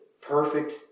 perfect